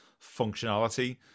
functionality